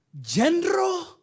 General